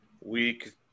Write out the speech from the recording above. Week